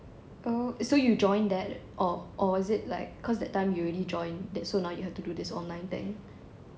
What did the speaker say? oh so you join that or or is it like cause that time you already join that so you now have to do this online thing